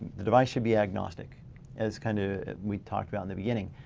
the device should be agnostic as kind of we've talked about in the beginning.